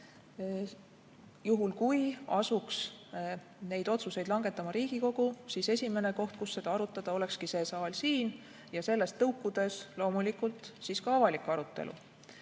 Juhul kui asuks neid otsuseid langetama Riigikogu, siis esimene koht, kus seda arutada, olekski see saal siin, ja sellest tõukudes loomulikult siis ka avalik arutelu.